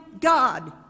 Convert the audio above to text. God